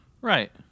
right